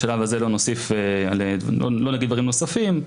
בשלב הזה לא נגיד דברים נוספים.